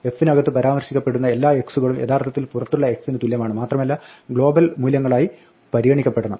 f നകത്ത് പരാമർശിക്കപ്പെടുന്ന എല്ലാ x കളും യഥാർത്ഥത്തിൽ പുറത്തുള്ള x ന് തുല്യമാണ് മാത്രമല്ല ഗ്ലോബൽ മൂല്യങ്ങളായി പരിഗണിക്കപ്പെടണം